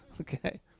Okay